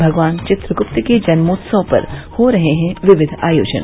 भगवान चित्रगुप्त के जन्मोत्सव पर हो रहे हैं विविध आयोजन